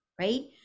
right